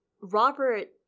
Robert